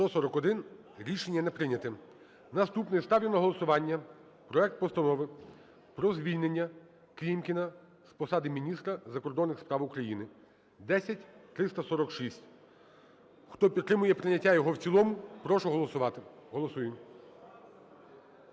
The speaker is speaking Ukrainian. За-141 Рішення не прийнято. Наступне. Ставлю на голосування проект Постанови про звільненняКлімкіна з посади міністра закордонних справ України (10346). Хто підтримує прийняття його в цілому, прошу голосувати. Голосуємо.